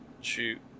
shoot